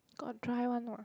got dry one ah